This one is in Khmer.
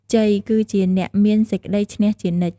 ជ័យ គឺជាអ្នកមានសេចក្តីឈ្នះជានិច្ច។